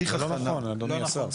זה לא נכון, אדוני השר.